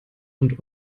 und